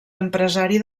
empresari